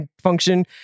function